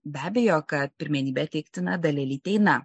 be abejo kad pirmenybė teiktina dalelytei na